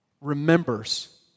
remembers